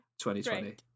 2020